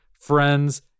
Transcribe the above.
friends